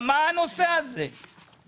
זו